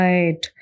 Right